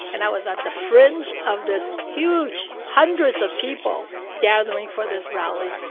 and i was at the fringe of this huge hundreds of people gathering for this rally.